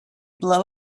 blow